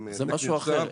זה משהו אחר.